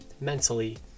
mentally